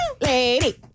lady